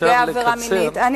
נפגעי עבירה מינית, אם אפשר לקצר.